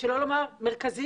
שלא לומר מרכזי?